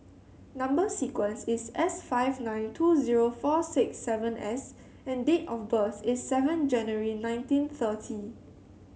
number sequence is S five nine two zero four six seven S and date of birth is seven January nineteen thirty